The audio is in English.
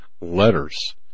letters